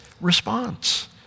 response